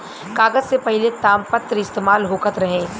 कागज से पहिले तामपत्र इस्तेमाल होखत रहे